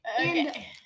Okay